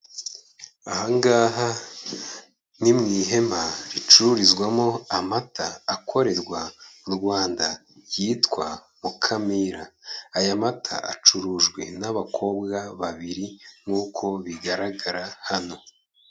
Ahangaha ni mu ihema ricururizwamo amata akorerwa mu Rwanda ryitwa mukamira aya mata acurujwe n'abakobwa babiri nkuko bigaragara hano.